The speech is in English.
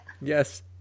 yes